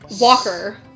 Walker